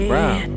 Brown